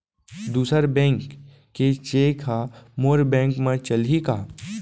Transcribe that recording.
दूसर बैंक के चेक ह मोर बैंक म चलही का?